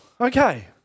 okay